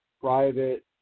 private